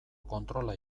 kontrola